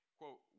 quote